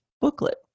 booklet